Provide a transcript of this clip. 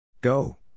Go